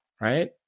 right